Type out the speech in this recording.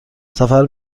سفر